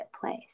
place